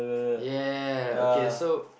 ya okay so